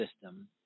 system